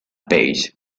paige